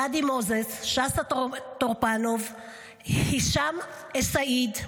גדי מוזס, סשה טרופנוב, הישאם א-סייד,